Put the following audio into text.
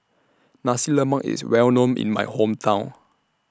Nasi Lemak IS Well known in My Hometown